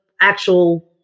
actual